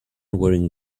wearing